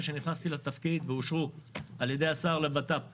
שנכנסתי לתפקיד ואושרו על ידי השר לבט"פ הקודם.